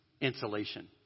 insulation